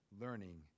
learning